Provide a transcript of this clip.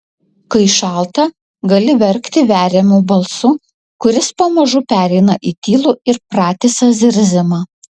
kai šalta gali verkti veriamu balsu kuris pamažu pereina į tylų ir pratisą zirzimą